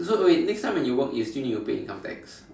so wait next time when you work you still need to pay income tax